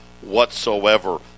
whatsoever